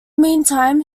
meantime